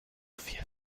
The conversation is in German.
viel